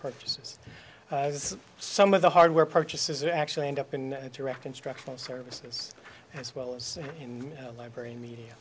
purchases as some of the hardware purchases are actually end up in direct instructional services as well as in the library media